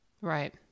Right